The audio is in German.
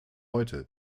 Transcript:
heute